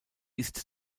ist